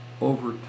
over